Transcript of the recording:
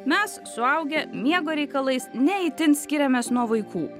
mes suaugę miego reikalais ne itin skiriamės nuo vaikų